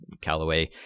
Callaway